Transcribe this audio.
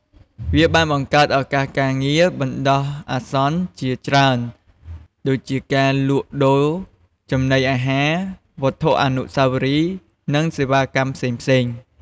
វាបានបង្កើតឱកាសការងារបណ្ដោះអាសន្នជាច្រើន ដូចជាការលក់ដូរចំណីអាហារ វត្ថុអនុស្សាវរីយ៍ និងសេវាកម្មផ្សេងៗ។